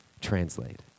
translate